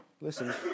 Listen